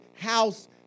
house